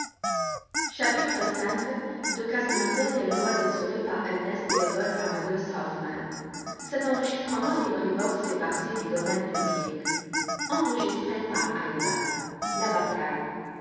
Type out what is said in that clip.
entre casse-noisette et le roi des souris